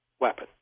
weapon